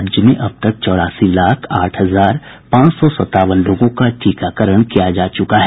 राज्य में अब तक चौरासी लाख आठ हजार पांच सौ सतावन लोगों का टीकाकरण किया जा चुका है